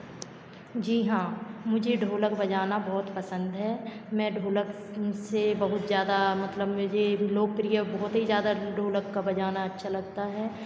जी हाँ मुझे ढोलक बजाना बहुत पसंद है मैं ढोलक से बहुत ज़्यादा मतलब मुझे लोकप्रिय बहुते ज़्यादा ढोलक को बजाना अच्छा लगता है